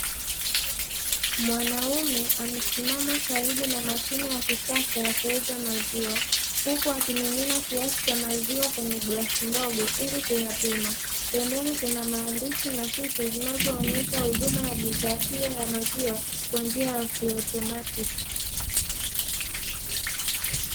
Mwanaume amesimama karibu na mashine ya kisasa ya kuuza maziwa huku akimimina kiasi cha maziwa kwenye glasi ndogo ili kuyapima, pembeni kuna maandishi na picha zinayonyesha huduma ya bidhaa hiyo ya maziwa kwa njia ya kiautomatiki.